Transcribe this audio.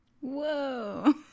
Whoa